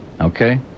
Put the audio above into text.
Okay